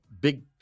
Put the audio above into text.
big